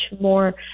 more